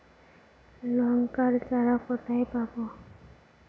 লঙ্কার চারা কোথায় পাবো?